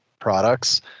products